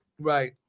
right